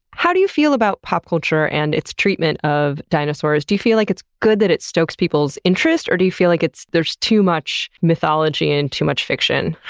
how do you feel about pop culture and it's treatment of dinosaurs? do you feel like it's good that it stokes people's interest or do you feel like there's too much mythology and too much fiction?